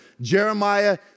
Jeremiah